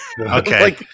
Okay